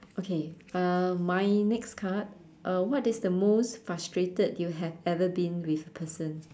okay uh my next card uh what is the most frustrated you have ever been with a person